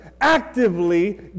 actively